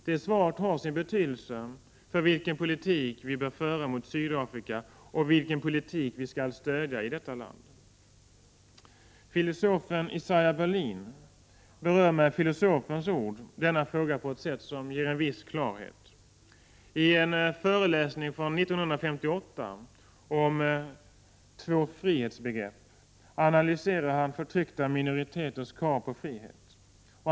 Det svaret har sin betydelse för vilken politik vi bör föra mot Sydafrika och vilken politik vi skall stödja i detta land. Filosofen Isaiah Berlin berör med filosofens ord denna fråga på ett sätt som ger en viss klarhet. I en föreläsning från 1958 om ”två frihetsbegrepp” analyserar han förtryckta minoriteters krav på frihet.